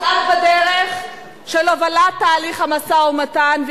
בפרט בדרך של הובלת תהליך המשא-ומתן.